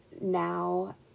now